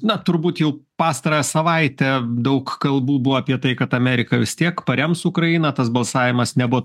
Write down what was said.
na turbūt jau pastarąją savaitę daug kalbų buvo apie tai kad amerika vis tiek parems ukrainą tas balsavimas nebuvo